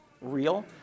real